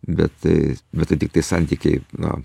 bet tai bet tai tiktai santykiai na